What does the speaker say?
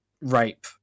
rape